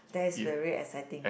that is very exciting